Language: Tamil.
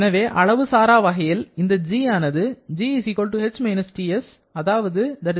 எனவே அளவுசாரா வகையில் இந்த G ஆனது g h − Ts அதாவது u pv − Ts i